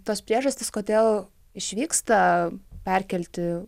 tas priežastis kodėl išvyksta perkelti